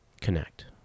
connect